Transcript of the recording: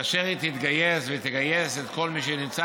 כאשר היא תתגייס ותגייס את כל מי שנמצא